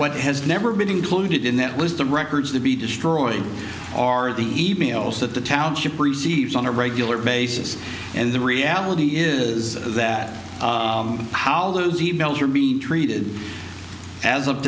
what has never been included in that list of records to be destroyed are the emails that the township receives on a regular basis and the reality is that how all those e mails are being treated as of